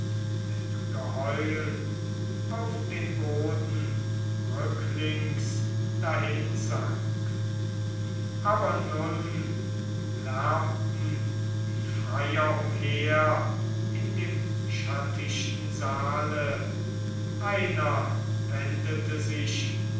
mit geheul auf den boden rücklings dahinsank aber nun lärmten die freier umher in dem schattichten saale einer wendete sich